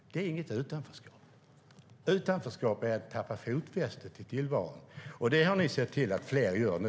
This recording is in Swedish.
Det är inget utanförskap. Utanförskap är att tappa fotfästet i tillvaron. Det har ni sett till att fler gör nu.